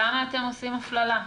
למה אתם עושים הפללה?